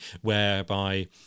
whereby